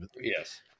Yes